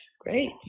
Great